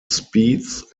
speeds